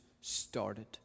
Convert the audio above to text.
started